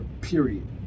period